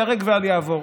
ייהרג ואל יעבור,